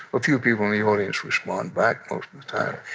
a few people in the audience respond back most of the time.